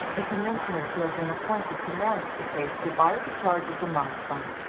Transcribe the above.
the commissioners who had been appointed to manage the case divided the charges among them.